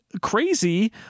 crazy